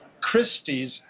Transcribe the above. Christie's